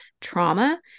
trauma